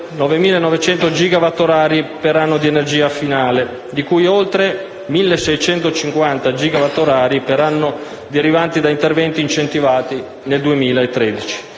9.900 gigawatt orari per anno di energia finale, di cui oltre 1.650 gigawatt orari per anno derivanti da interventi incentivanti nel 2013.